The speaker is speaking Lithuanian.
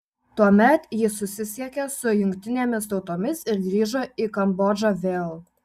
tuomet ji susisiekė su jungtinėmis tautomis ir grįžo į kambodžą vėl